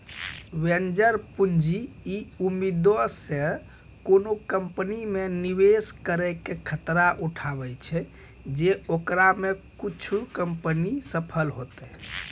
venture पूंजी इ उम्मीदो से कोनो कंपनी मे निवेश करै के खतरा उठाबै छै जे ओकरा मे कुछे कंपनी सफल होतै